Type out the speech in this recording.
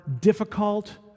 difficult